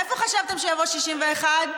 מאיפה חשבתם שיבואו 61?